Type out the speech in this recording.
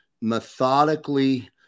methodically